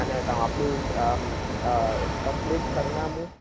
અને આપણું અ કમ્પ્લીટ સરનામું